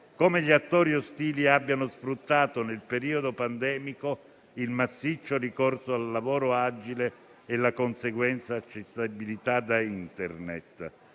come gli attori ostili abbiano sfruttato nel periodo pandemico il massiccio ricorso al lavoro agile e la conseguente accessibilità da Internet